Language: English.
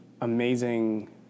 amazing